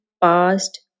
past